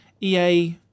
EA